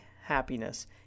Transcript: Happiness